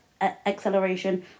acceleration